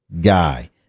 guy